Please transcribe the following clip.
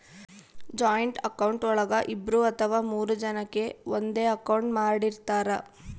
joint account ಒಳಗ ಇಬ್ರು ಅಥವಾ ಮೂರು ಜನಕೆ ಒಂದೇ ಅಕೌಂಟ್ ಮಾಡಿರ್ತರಾ